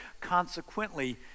Consequently